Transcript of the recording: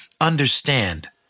understand